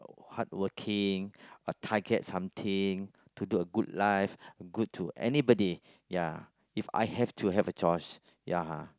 hardworking a target something to do a good life good to anybody ya If I have to have a choice